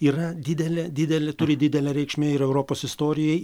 yra didelė didelė turi didelę reikšmę ir europos istorijai